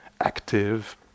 active